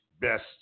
Best